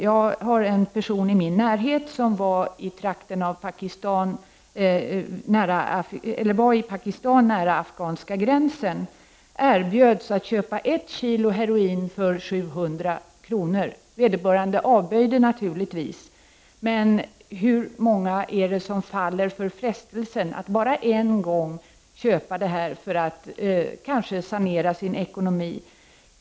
Jag har en person i min närhet som var i Pakistan nära afghanska gränsen och som erbjöds att köpa ett kilo heroin för 700 kr. Vederbörande avböjde naturligtvis, men hur många är det som faller för frestelsen att bara en gång köpa det för att kanske sanera sin ekonomi ?